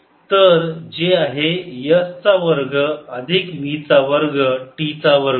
तर जे आहे s चा वर्ग अधिक v चा वर्ग t चा वर्ग